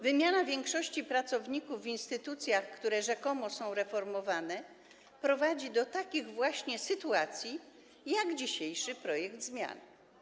Wymiana większości pracowników w instytucjach, które rzekomo są reformowane, prowadzi do takiej właśnie sytuacji, jak w przypadku dzisiejszego projektu zmian.